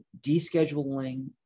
descheduling